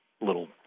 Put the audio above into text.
little